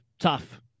tough